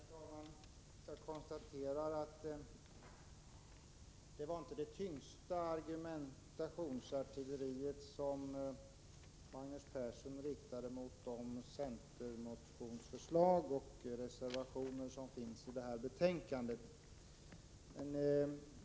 Herr talman! Jag konstaterar att det inte var det tyngsta argumentationsartilleriet som Magnus Persson riktade mot de centermotioner och reservationer som behandlas i betänkandet.